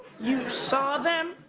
you saw them?